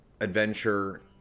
adventure